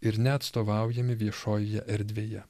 ir neatstovaujami viešojoje erdvėje